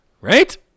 Right